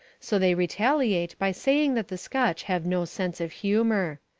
so they retaliate by saying that the scotch have no sense of humour.